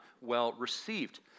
well-received